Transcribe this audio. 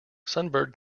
sunburn